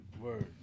Word